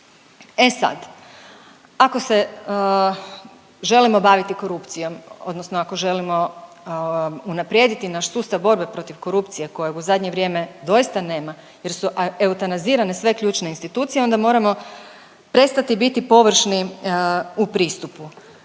E sad, ako se želimo baviti korupcijom, odnosno ako želimo unaprijediti naš sustav borbe protiv korupcije koje u zadnje vrijeme doista nema jer su eutanazirane sve ključne institucije onda moramo prestati biti površni u pristupu.